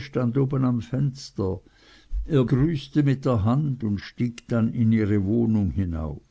stand oben am fenster er grüßte mit der hand und stieg dann in ihre wohnung hinauf